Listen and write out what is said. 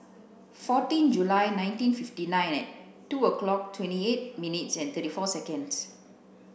fourteen July nineteen fifty nine at two o'clock twenty eight minutes and thirty four seconds